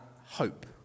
hope